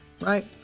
right